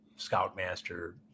scoutmaster